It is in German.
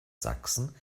sachsen